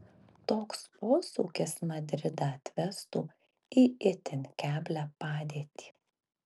toks posūkis madridą atvestų į itin keblią padėtį